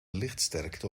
lichtsterkte